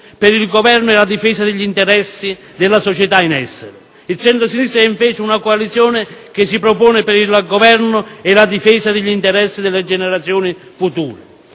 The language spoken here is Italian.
per il Governo e la difesa degli interessi della società in essere; il centro-sinistra, invece, è una coalizione che si propone per il Governo e la difesa degli interessi delle generazioni future.